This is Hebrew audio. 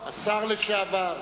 השר לשעבר,